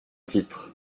titres